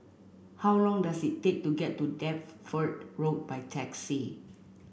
how long does it take to get to Deptford Road by taxi